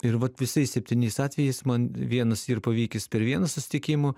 ir vat visais septyniais atvejais man vienas yr pavykęs per vieną susitikimų